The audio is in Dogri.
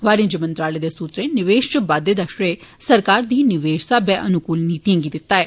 वाणिज्य मंत्रालय दे सूत्रें निवेष इच बाद्वे दा श्रय सरकार दी निवेष सहावे अनुकुल नीतिए गी दित्ता ऐ